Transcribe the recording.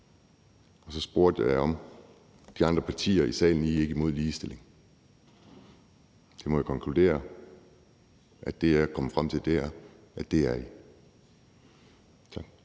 Så spurgte jeg de andre partier i salen: I er ikke imod ligestilling, vel? Der må jeg konkludere, at det, jeg er kommet frem til, er, at det er I.